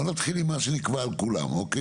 בוא נתחיל עם מה שנקבע על כולם, אוקיי?